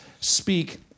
speak